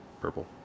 purple